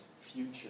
future